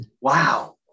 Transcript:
Wow